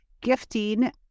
gifting